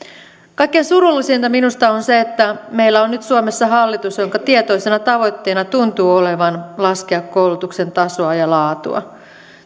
kaikkein surullisinta minusta on se että meillä on nyt suomessa hallitus jonka tietoisena tavoitteena tuntuu olevan laskea koulutuksen tasoa ja laatua